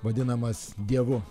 vadinamas dievu